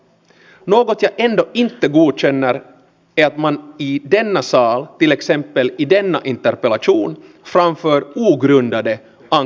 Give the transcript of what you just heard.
valiokunta piti erittäin tarpeellisena sisäiseen turvallisuuteen ehdotettuja määrärahalisäyksiä ja totesi että viranomaisilla tulisi olla realistiset mahdollisuudet hoitaa niille osoitetut tehtävät